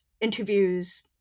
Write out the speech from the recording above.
interviews